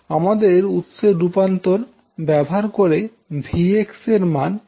আমাদের উৎসের রূপান্তর ব্যবহার করে Vx এর মান নির্ণয় করতে হবে